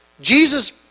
Jesus